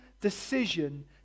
decision